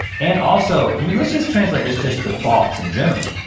and also, i mean let's just translate this just to thoughts in general.